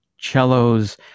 cellos